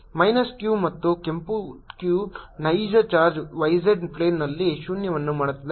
minus q ಮತ್ತು ಕೆಂಪು q ನೈಜ ಚಾರ್ಜ್ y z ಪ್ಲೇನ್ನಲ್ಲಿ ಶೂನ್ಯವನ್ನು ಮಾಡುತ್ತದೆ